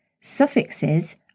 Suffixes